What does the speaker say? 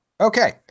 Okay